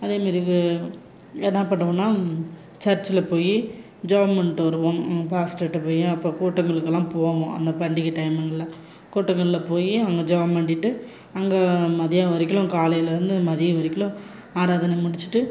அதேமாரி என்ன பண்ணுவோம்னா சர்ச்சில் போய் ஜெபம் பண்ணிட்டு வருவோம் பாஸ்டர்ட்ட போய் அப்போ கூட்டங்களுக்கெல்லாம் போவோம் அந்த பண்டிகை டைம்ங்கள்ல கூட்டங்களில் போய் அங்க ஜெபம் பண்ணிட்டு அங்கே மதியம் வரைக்கிம் காலையில் இருந்து மதியம் வரைக்கிம் ஆராதனை முடிச்சுட்டு